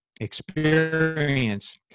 experience